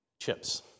Chips